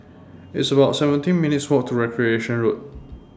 It's about seventeen minutes' Walk to Recreation Road